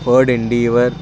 ford endeavour